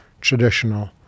traditional